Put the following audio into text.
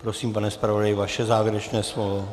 Prosím, pane zpravodaji, vaše závěrečné slovo.